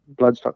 Bloodstock